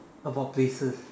about places